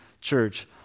church